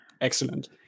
Excellent